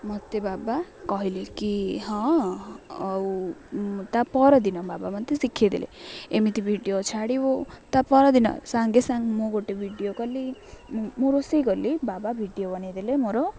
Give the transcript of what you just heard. ମୋତେ ବାବା କହିଲେ କି ହଁ ଆଉ ତା'ପରଦିନ ବାବା ମୋତେ ଶିଖାଇଦେଲେ ଏମିତି ଭିଡ଼ିଓ ଛାଡ଼ିବୁ ତା'ପରଦିନ ସାଙ୍ଗେ ସାଙ୍ଗେ ମୁଁ ଗୋଟେ ଭିଡ଼ିଓ କଲି ମୁଁ ରୋଷେଇ କଲି ବାବା ଭିଡ଼ିଓ ବନାଇଦେଲେ ମୋର